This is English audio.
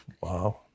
wow